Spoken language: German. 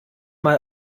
mal